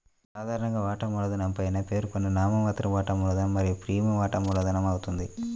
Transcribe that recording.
సాధారణంగా, వాటా మూలధనం పైన పేర్కొన్న నామమాత్ర వాటా మూలధనం మరియు ప్రీమియం వాటా మూలధనమవుతుంది